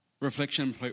Reflection